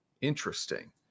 Interesting